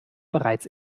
bereits